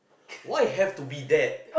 why have to be that